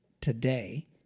today